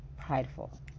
prideful